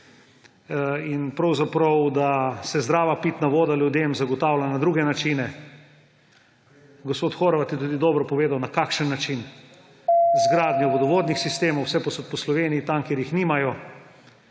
in pravzaprav se zdrava pitna voda ljudem zagotavlja na druge načine. Gospod Horvat je tudi dobro povedal na kakšen način − z gradnjo vodovodnih sistemov vsepovsod po Sloveniji tam, kjer jih nimajo.